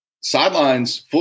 sidelines